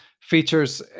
features